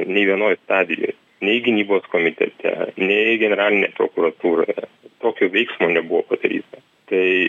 nei vienoj stadijoj nei gynybos komitete nei generalinėje prokuratūroje tokio veiksmo nebuvo padaryta tai